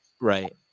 right